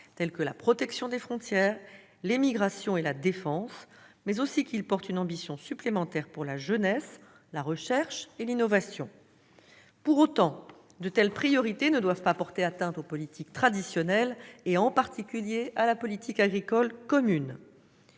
tels que la protection des frontières, les migrations et la défense, et affiche une ambition supplémentaire pour la jeunesse, la recherche et l'innovation. Pour autant, de telles priorités ne doivent pas porter atteinte aux politiques traditionnelles, en particulier à la politique agricole commune.